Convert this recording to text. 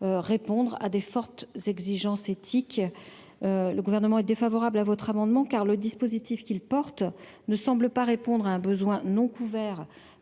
répondre à des fortes exigences éthiques, le gouvernement est défavorable à votre amendement car le dispositif qu'il porte, ne semble pas répondre à un besoin non couverts